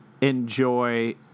enjoy –